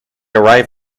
arrive